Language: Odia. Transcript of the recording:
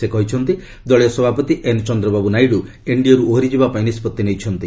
ସେ କହିଛନ୍ତି ଦଳୀୟ ସଭାପତି ଏନ୍ ଚନ୍ଦ୍ରବାବୁ ନାଇଡୁ ଏନ୍ଡିଏରୁ ଓହରି ଯିବାପାଇଁ ନିଷ୍ପଭି ନେଇଛନ୍ତି